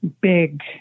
big